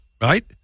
right